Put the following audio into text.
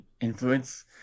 influence